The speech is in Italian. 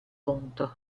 conto